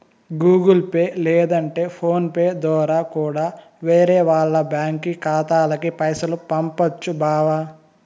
Google Pay లేదంటే PhonePe దోరా కూడా వేరే వాల్ల బ్యాంకి ఖాతాలకి పైసలు పంపొచ్చు బావా